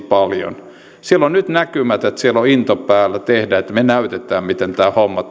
paljon siellä on nyt näkymät että siellä on into päällä tehdä että näytetään miten tämä homma